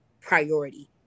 priority